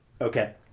Okay